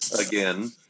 again